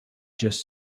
just